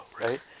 right